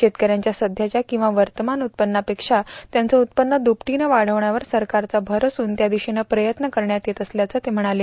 शेतकऱ्यांच्या सध्याच्या किंवा वर्तमान उत्पन्नापेक्षा त्यांचं उत्पन्न दुपटीनं वाढवण्यावर सरकारचा भर असून त्या दिशेनं प्रयत्न करण्यात येत असल्याचं ते म्हणाले